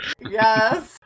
Yes